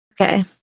Okay